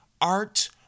Art